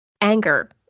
anger